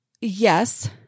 yes